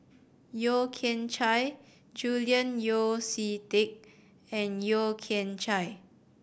Yeo Kian Chye Julian Yeo See Teck and Yeo Kian Chai